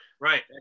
right